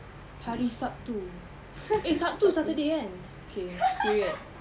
hari sabtu eh sabtu is saturday kan okay period